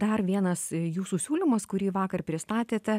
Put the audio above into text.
dar vienas jūsų siūlymas kurį vakar pristatėte